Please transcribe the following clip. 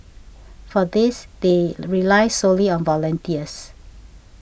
for this they rely solely on volunteers